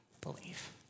believe